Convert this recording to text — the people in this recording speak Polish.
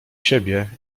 siebie